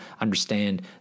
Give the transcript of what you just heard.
understand